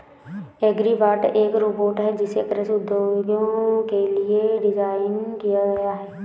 agribot एक robot है जिसे कृषि उद्देश्यों के लिए डिज़ाइन किया गया है